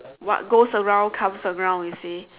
what goes around comes around you see